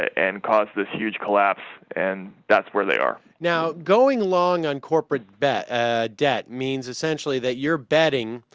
and caught this huge collapse and that's where they are now going along and corporate that that means essentially that your bedding